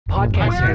Podcast